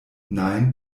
nein